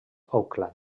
auckland